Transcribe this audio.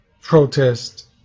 protest